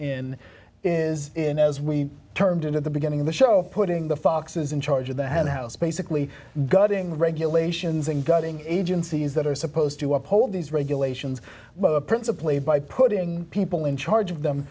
in is in as we turned into the beginning of the show putting the foxes in charge of the hen house basically gutting regulations and gutting agencies that are supposed to uphold these regulations principally by putting people in charge of them